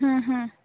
ಹ್ಞೂ ಹ್ಞೂ